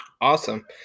Awesome